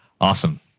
Awesome